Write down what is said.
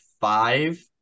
five